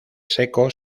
secos